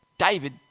David